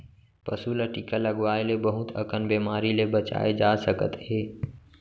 पसू ल टीका लगवाए ले बहुत अकन बेमारी ले बचाए जा सकत हे